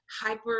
hyper